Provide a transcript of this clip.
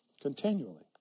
continually